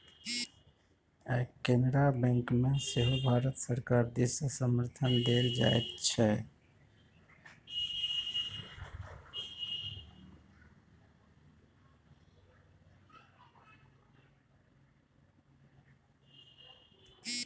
आय केनरा बैंककेँ सेहो भारत सरकार दिससँ समर्थन देल जाइत छै